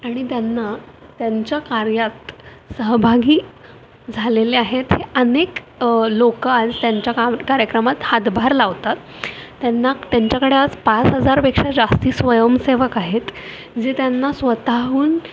आणि त्यांना त्यांच्या कार्यात सहभागी झालेले आहेत हे अनेक लोक आज त्यांच्या काम कार्यक्रमात हातभार लावतात त्यांना त्यांच्याकडे आज पाच हजारपेक्षा जास्ती स्वयंसेवक आहेत जे त्यांना स्वतःहून